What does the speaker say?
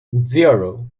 zero